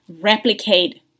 replicate